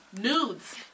Nudes